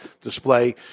display